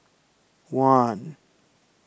one